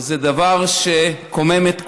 וזה דבר שקומם את כולנו.